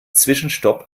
zwischenstopp